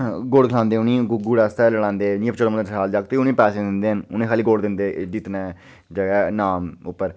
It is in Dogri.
गुड़ खलांदे उनेंगी गुड़ै आस्तै लड़ांदे जियां चौदां पंदरा साल दा जागत होऐ ते उनेंगी पैसे दिंदे हैन ते निक्के गी खाल्ली गुड़ दिंदे जित्तने जगह नाम उप्पर